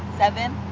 seven.